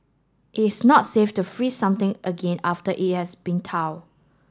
is not safe to freeze something again after it has been thaw